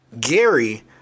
Gary